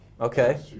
Okay